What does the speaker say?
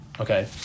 Okay